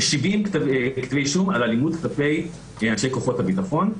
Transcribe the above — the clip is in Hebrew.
ו- 70 כתבי אישום על אלימות כלפי אנשי כוחות הביטחון.